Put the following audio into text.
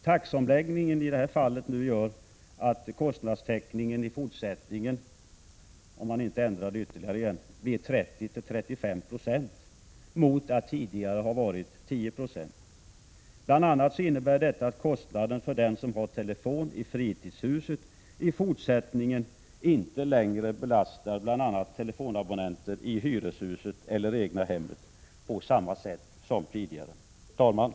Taxeomläggningen i detta fall gör nu att kostnadstäckningen i fortsättningen — om man nu inte ändrar igen — blir 30-35 90 mot att tidigare ha varit 10 96. Bl. a. innebär detta att kostnaden för den som har telefon i fritidshuset i fortsättningen inte längre belastar telefonabonnenter i hyreshuset eller det egna hemmet på samma sätt som tidigare. Herr talman!